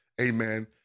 Amen